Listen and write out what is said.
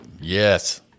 Yes